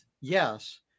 yes